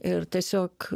ir tiesiog